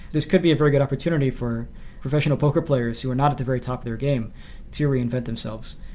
this could be a very good opportunity for professional poker players who are not at the very top of their game to reinvent themselves,